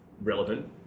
relevant